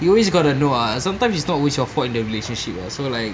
you always got to know ah sometimes it's not always your fault in the relationship ah so like